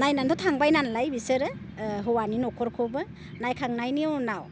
नायनानैथ' थांबाय नालाय बिसोरो हौवानि न'खरखौबो नायखांनायनि उनाव